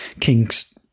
King's